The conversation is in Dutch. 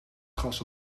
gras